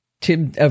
Tim